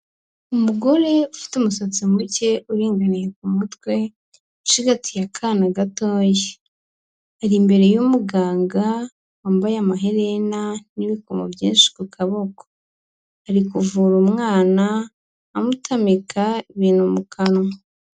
Umugore ufite umusatsi muke uringaniye ku mutwe ucigatiye akana gatoya, ari imbere y'umuganga wambaye amaherena n'ibikomo byinshi ku kaboko. Ari kuvura umwana amutamika ibintu mu kanwa.